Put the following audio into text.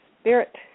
spirit